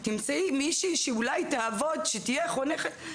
תמצאי מישהי שאולי תעבוד שתהיה חונכת.